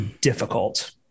difficult